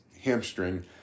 hamstring